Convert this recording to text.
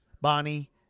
Bonnie